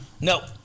No